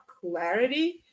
clarity